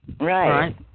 right